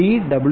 W